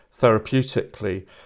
therapeutically